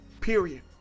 period